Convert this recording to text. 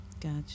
Gotcha